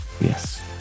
yes